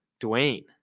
Dwayne